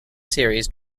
series